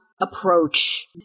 approach